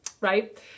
Right